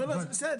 לא זה בסדר.